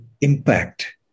impact